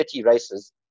races